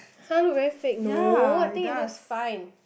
har look very fake no I think it looks fine